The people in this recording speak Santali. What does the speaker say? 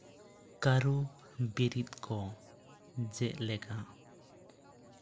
ᱠᱟᱨᱩ ᱵᱤᱨᱤᱫ ᱠᱚ ᱡᱮᱞᱮᱠᱟ